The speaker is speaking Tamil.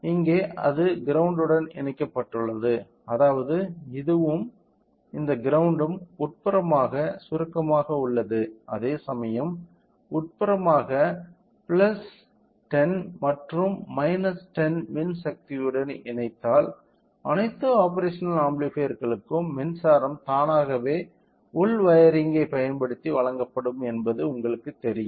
இங்கே அது கிரௌண்ட் உடன் இணைக்கப்பட்டுள்ளது அதாவது இதுவும் இந்த கிரௌண்ட்ம் உட்புறமாக சுருக்கமாக உள்ளது அதேசமயம் உட்புறமாக 10 மற்றும் 10 மின்சக்தியுடன் இணைத்தால் அனைத்து ஆப்பேரஷனல் ஆம்பிளிபையர்களுக்கும் மின்சாரம் தானாகவே உள் வயரிங் ஐப் பயன்படுத்தி வழங்கப்படும் என்பது உங்களுக்குத் தெரியும்